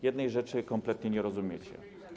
Jednej rzeczy kompletnie nie rozumiecie.